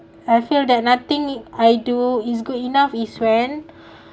I feel that nothing I do is good enough is when